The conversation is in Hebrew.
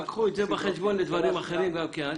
אבל קחו את זה בחשבון גם לדברים אחרים, אל תמהרו.